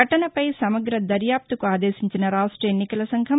ఘటనపై సమగ్ర దర్యాప్తునకు ఆదేశించిన రాష్ట ఎన్నికల సంఘం